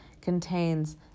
contains